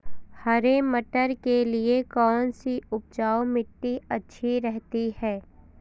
हरे मटर के लिए कौन सी उपजाऊ मिट्टी अच्छी रहती है?